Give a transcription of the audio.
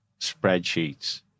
spreadsheets